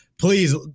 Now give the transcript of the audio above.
Please